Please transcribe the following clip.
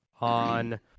on